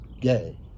gay